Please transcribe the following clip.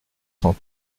cent